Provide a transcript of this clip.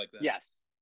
Yes